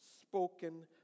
spoken